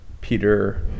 Peter